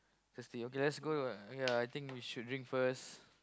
thirsty okay let's go ah ya I think we should drink first